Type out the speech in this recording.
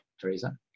Theresa